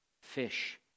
Fish